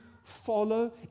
follow